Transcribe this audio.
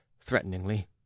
threateningly